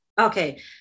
okay